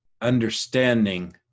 understanding